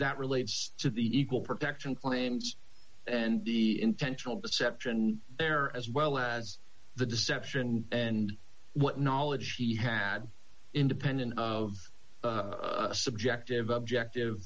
that relates to the equal protection claims and the intentional deception there as well as the deception and what knowledge he had independent of subjective objective